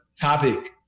topic